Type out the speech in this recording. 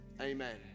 Amen